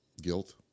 guilt